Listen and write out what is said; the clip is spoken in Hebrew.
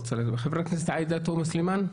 הכנסת עאידה תומא סלימאן.